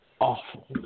Awful